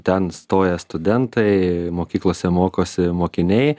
ten stoja studentai mokyklose mokosi mokiniai